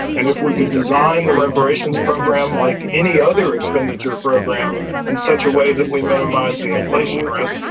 and if we could design the reparations program like any other expenditure program in such a way that we minimize the inflation risk,